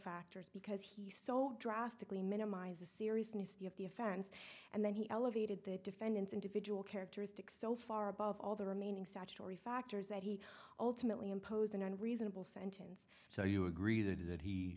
factors because he so drastically minimize the seriousness of the offense and then he elevated the defendant's individual characteristics so far above all the remaining statutory factors that he alternately imposed an unreasonable sentence so you agree that